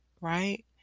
Right